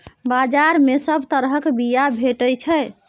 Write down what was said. बजार मे सब तरहक बीया भेटै छै